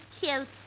Cute